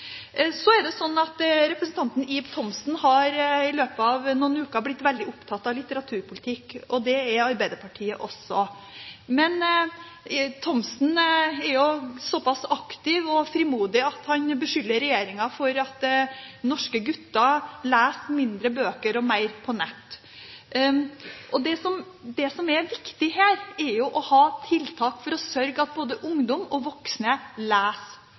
Så er det sånn at representanten Ib Thomsen i løpet av noen uker har blitt veldig opptatt av litteraturpolitikk, og det er Arbeiderpartiet også. Men Thomsen er såpass aktiv og frimodig at han skylder på regjeringen for at norske gutter leser mindre bøker og er mer på nett. Det som er viktig her, er å ha tiltak for å sørge for at både ungdom og voksne